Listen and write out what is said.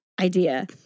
Idea